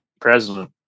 president